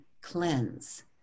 cleanse